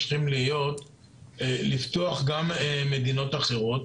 צריכים להיות לפתוח גם מדינות אחרות,